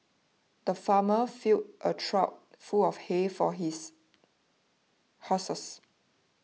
the farmer filled a trough full of hay for his horses